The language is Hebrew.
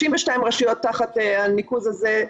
32 רשויות תחת הניקוז הזה.